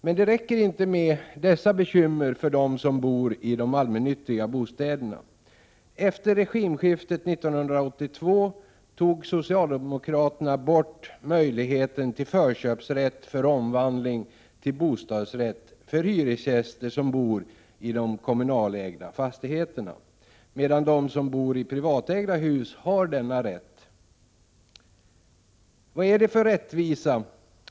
Det räcker emellertid inte med dessa bekymmer för dem som bor i de allmännyttiga bostäderna. Efter regimskiftet 1982 tog socialdemokraterna bort möjligheten till förköpsrätt för omvandling till bostadsrätt för hyresgäster som bor i kommunägda fastigheter, medan de som bor i privatägda hus har denna rätt. Vad är detta för rättvisa?